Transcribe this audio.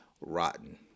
rotten